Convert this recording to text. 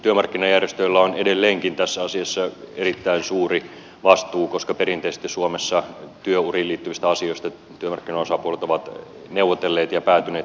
työmarkkinajärjestöillä on edelleenkin tässä asiassa erittäin suuri vastuu koska perinteisesti suomessa työuriin liittyvistä asioista työmarkkinaosapuolet ovat neuvotelleet ja päätyneet yhteisiin ratkaisuihin